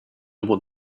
want